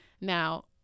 Now